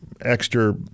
extra